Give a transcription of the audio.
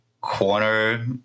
corner